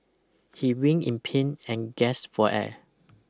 he wring in pain and gasped for air